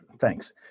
thanks